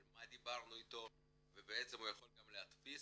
על מה דיברנו איתו והוא יכול להדפיס